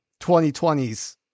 2020s